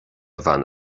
bhean